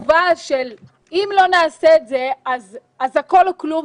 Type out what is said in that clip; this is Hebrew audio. בשביל זה מותר לעשות כאלה דברים ואסור לעשות דברים אחרים.